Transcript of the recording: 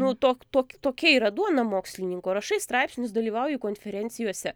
nu tok tok tok tokia yra duona mokslininko rašai straipsnius dalyvauji konferencijose